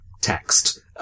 text